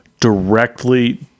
directly